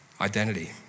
Identity